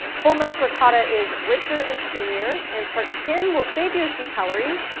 whole milk ricotta is richer and creamier, and part-skim will save you a few calories,